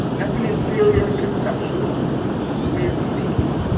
that's an inferior conceptual way of speaking.